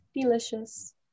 delicious